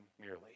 merely